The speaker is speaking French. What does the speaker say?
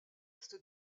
est